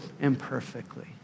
imperfectly